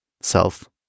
self